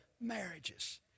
marriages